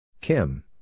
Kim